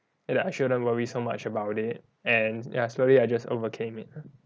and that I shouldn't worry so much about it and ya slowly I just overcame it